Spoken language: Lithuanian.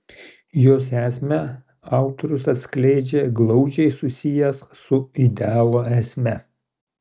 jos esmę autorius atskleidžia glaudžiai susiejęs su idealo esme